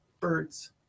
birds